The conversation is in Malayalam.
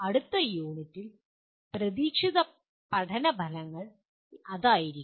അടുത്ത യൂണിറ്റിൻ്റെ പ്രതീക്ഷിത പഠന ഫലങ്ങൾ അതായിരിക്കും